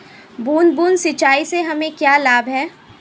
बूंद बूंद सिंचाई से हमें क्या लाभ है?